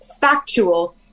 factual